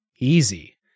easy